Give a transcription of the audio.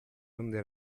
onde